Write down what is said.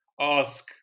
ask